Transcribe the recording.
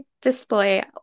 display